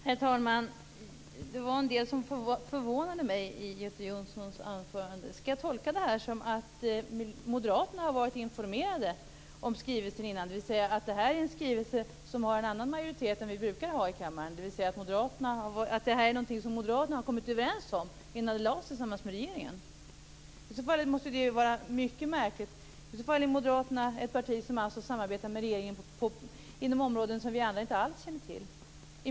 Herr talman! Det var en del som förvånade mig i Göte Jonssons anförande. Skall jag tolka detta som att Moderaterna har varit informerade om skrivelsen innan den kom, dvs. att detta är en skrivelse med en annan majoritet än den vi brukar ha i kammaren. Är detta något som Moderaterna har kommit överens om tillsammans med regeringen innan det lades fram? I så fall är det mycket märkligt - i så fall är ju Moderaterna ett parti som samarbetar med regeringen inom områden som vi andra inte alls känner till.